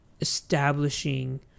establishing